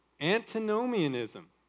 antinomianism